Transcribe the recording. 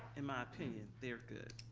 in my opinion, they're good.